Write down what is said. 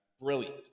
Brilliant